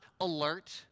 alert